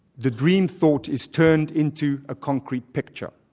the dream-thought is turned into a concrete picture,